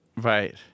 Right